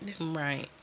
Right